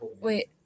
Wait